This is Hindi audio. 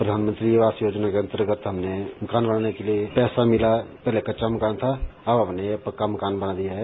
प्रधानमंत्री आवास योजना के अंतर्गत हमने घर बनाने के लिए पैसा मिला पहले कच्चा मकान था अब हमने पक्का मकान बना लिया है